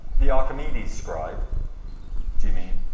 the archimedes scribe do you mean?